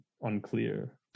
unclear